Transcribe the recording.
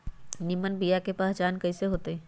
निमन बीया के पहचान कईसे होतई?